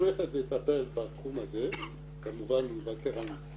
המוסמכת לטפל בתחום הזה היא ועדת העבודה,